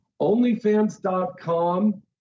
OnlyFans.com